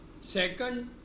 Second